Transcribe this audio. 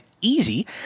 easy